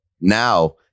Now